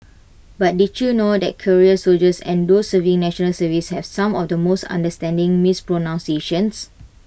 but did you know that career soldiers and those serving National Service have some of the most understanding mispronunciations